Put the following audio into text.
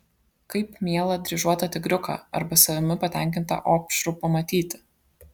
kaip mielą dryžuotą tigriuką arba savimi patenkintą opšrų pamatyti